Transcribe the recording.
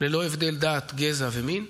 ללא הבדלי דת, גזע ומין,